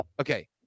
okay